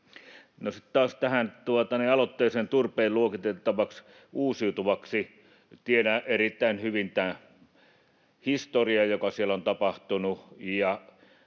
aloitteeseen, että turve on luokiteltava uusiutuvaksi: Tiedän erittäin hyvin tämän historian, joka siellä on tapahtunut,